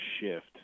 shift